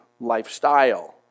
lifestyle